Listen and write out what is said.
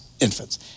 infants